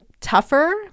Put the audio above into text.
tougher